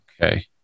Okay